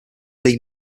lee